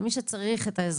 למי שצריך את העזרה.